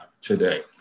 today